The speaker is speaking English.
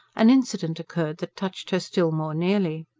an incident occurred that touched her still more nearly.